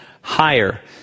higher